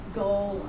goal